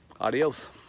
adios